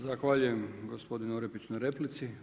Zahvaljujem gospodinu Orepiću na replici.